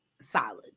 solid